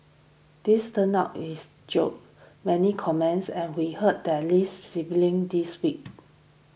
this turns out is joke many comments and we heard the Lee siblings this week